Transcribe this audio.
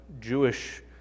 Jewish